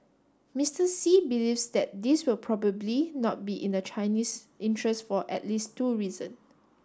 Mister Xi believes that this will probably not be in the Chinese interest for at least two reason